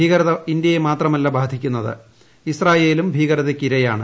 ഭീകരത ഇന്ത്യയെ മാത്രമല്ല ബാധിക്കുന്നത് ഇസ്രായ്ലും ഭീകരതയ്ക്കിരയാണ്